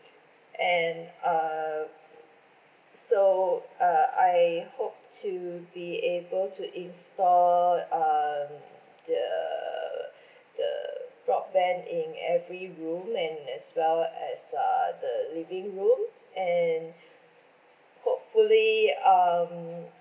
and uh so uh I hope to be able to install um the the broadband in every room and as well as uh the living room and hopefully um